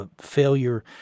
Failure